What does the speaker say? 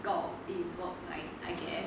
got it works I I guess